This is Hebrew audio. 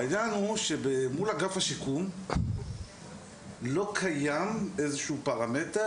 העניין הוא שמול אגף השיקום לא קיים איזה שהוא פרמטר